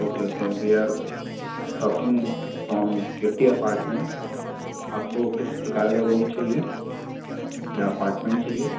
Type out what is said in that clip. okay okay we are talking from Kirti apartment आपको किस प्रकार का रूम चाहिए या अपार्टमेंट चाहिए